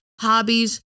hobbies